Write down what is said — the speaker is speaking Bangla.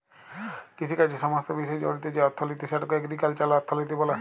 কিষিকাজের সমস্ত বিষয় জড়িত যে অথ্থলিতি সেটকে এগ্রিকাল্চারাল অথ্থলিতি ব্যলে